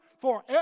forever